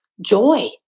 joy